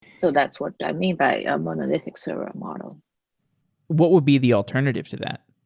so that's what i mean by a monolithic server model what would be the alternative to that?